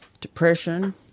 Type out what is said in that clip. depression